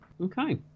Okay